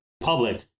public